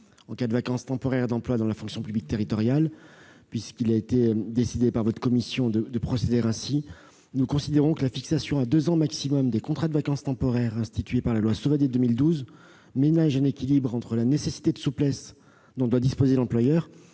en cas de vacance temporaire d'emploi dans la fonction publique territoriale qu'a décidé votre commission. Nous considérons que la fixation à deux ans, au maximum, des contrats de vacance temporaire institués par la loi Sauvadet de 2012 ménage un équilibre entre la nécessité de souplesse dont doit disposer l'employeur